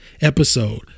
episode